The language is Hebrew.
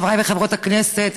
חבריי וחברות הכנסת,